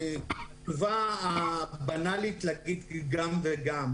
התשובה הבנאלית היא להגיד גם וגם.